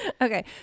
okay